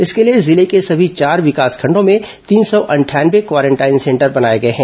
इसके लिए जिले के समी चार विकासखंडों में तीन सौ अंठानवे क्वारेंटाइन सेंटर बनाए गए हैं